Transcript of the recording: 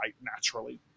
naturally